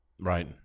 Right